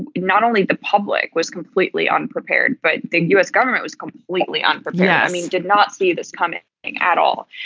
and not only the public was completely unprepared, but the u s. government was completely unprepared. yeah i mean, i did not see this coming at all.